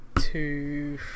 two